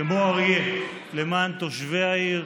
כמו אריה למען תושבי העיר,